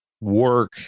work